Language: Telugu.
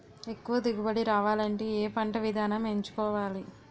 ఎక్కువ దిగుబడి రావాలంటే ఏ పంట విధానం ఎంచుకోవాలి?